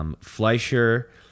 Fleischer